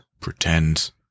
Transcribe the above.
pretend